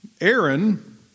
Aaron